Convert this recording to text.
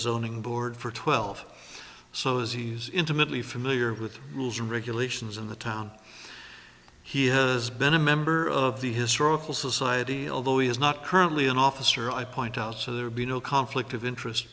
zoning board for twelve so as he is intimately familiar with rules and regulations in the town he has been a member of the historical society although he is not currently an officer i point out so there would be no conflict of interest